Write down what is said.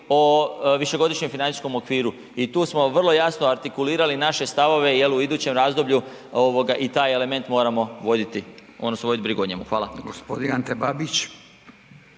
o višegodišnjem financijskom okviru. I tu smo vrlo jasno artikulirali naše stavove jel u idućem razdoblju ovoga i taj element moramo voditi odnosno voditi brigu o njemu. Hvala.